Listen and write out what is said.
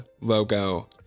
logo